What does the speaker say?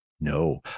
No